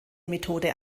methode